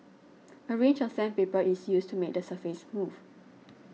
a range of sandpaper is used to make the surface smooth